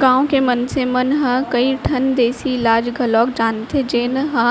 गांव के मनसे मन ह कई ठन देसी इलाज घलौक जानथें जेन ह